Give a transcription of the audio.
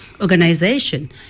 organization